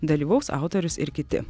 dalyvaus autorius ir kiti